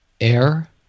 air